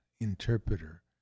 interpreter